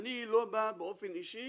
אני לא בא באופן אישי